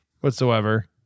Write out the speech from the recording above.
whatsoever